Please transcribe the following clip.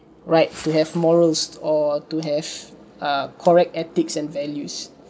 right to have morals or to have a correct ethics and values